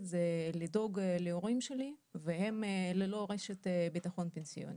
היא לדאוג להורים שלי והם ללא רשת ביטחון פנסיוני.